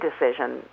decision